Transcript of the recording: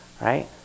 right